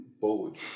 bold